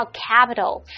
capital